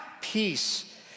peace